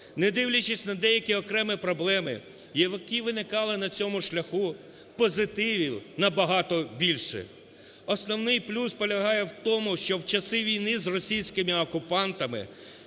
Не дивлячись на деякі окремі проблеми, які виникали на цьому шляху, позитивів набагато більше. Основний плюс полягає в тому, що в часи війни з російськими окупантами